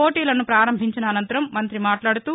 పోటీలను ప్రారంభించిన అనంతరం మంత్రి మాట్లాడుతూ